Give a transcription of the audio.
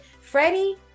Freddie